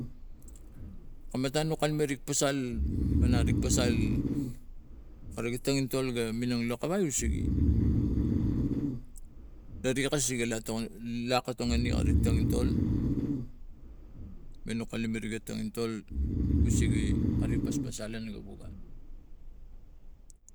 Kam matan nok kalume pasal ma nare rik pasal kare ge tongintol ga minung lakawai usege na neri akas iga lak tokon lak akotongen ori tongintol mano kalume ra tonginto usege kari paspas alan lav gun